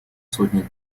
сотни